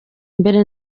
mbere